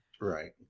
Right